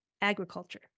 agriculture